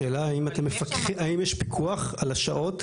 השאלה האם יש פיקוח על השעות?